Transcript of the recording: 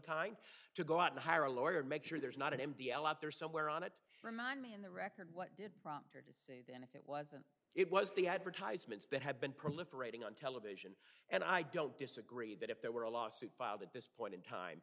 time to go out and hire a lawyer make sure there's not an m d l out there somewhere on it remind me on the record what did prompt her disadvantage if it wasn't it was the advertisements that have been proliferating on television and i don't disagree that if there were a lawsuit filed at this point in time